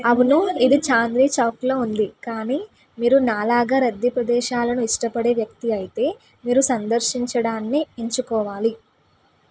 అవును ఇది చాందిని చౌక్లో ఉంది కానీ మీరు నాలాగా రద్దీ ప్రదేశాలను ఇష్టపడే వ్యక్తి అయితే మీరు సందర్శించడాన్నే ఎంచుకోవాలి